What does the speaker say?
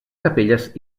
capelles